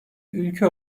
ülke